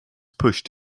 pushed